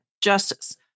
justice